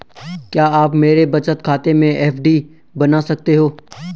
क्या आप मेरे बचत खाते से एफ.डी बना सकते हो?